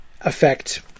affect